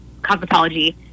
cosmetology